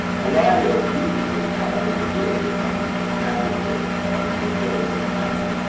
palladio used this type of modillion on the entablature of the villa rotunda.